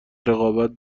رقابت